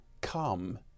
come